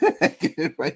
Right